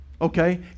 Okay